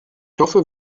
hoffe